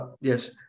Yes